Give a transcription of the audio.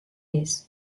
ees